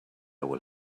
will